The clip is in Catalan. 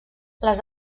les